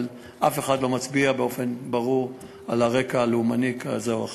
אבל אף אחד לא מצביע באופן ברור על רקע לאומני כזה או אחר.